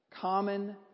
Common